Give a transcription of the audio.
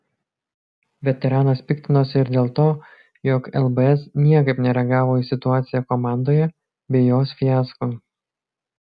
veteranas piktinosi ir dėl to jog lbs niekaip nereagavo į situaciją komandoje bei jos fiasko